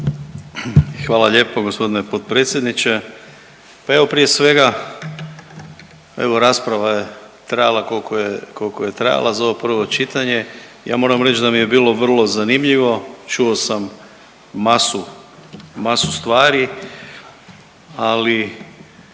Hvala lijepo g. potpredsjedniče. Pa evo prije svega evo rasprava je trajala kolko je, kolko je trajala za ovo prvo čitanje i ja moram reć da mi je bilo vrlo zanimljivo, čuo sam masu, masu stvari, ali